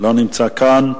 לא נמצא כאן.